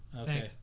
Okay